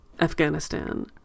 Afghanistan